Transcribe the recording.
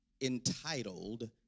entitled